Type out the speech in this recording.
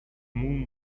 moon